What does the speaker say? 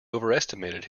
overestimated